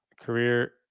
career